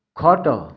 ଖଟ